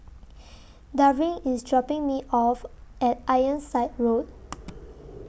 Darvin IS dropping Me off At Ironside Road